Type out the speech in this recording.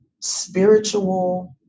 spiritual